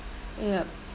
yup